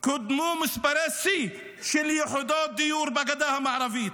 קודמו מספרי שיא של יחידות דיור בגדה המערבית.